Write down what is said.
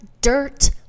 dirt